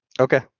Okay